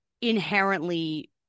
inherently